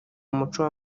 umuco